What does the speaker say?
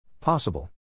Possible